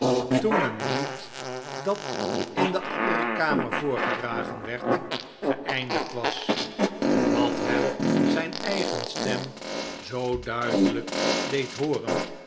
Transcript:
toen een lied dat in de andere kamer voorgedragen werd geeindigd was wat hem zijn eigen stem zoo duidelijk deed hooren